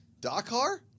Dakar